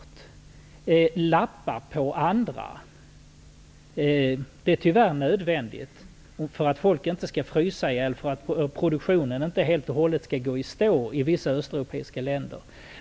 Att lappa på andra är tyvärr nödvändigt för att folk inte skall frysa ihjäl och för att produktionen inte helt och hållet skall gå i stå i vissa östeuropeiska länder.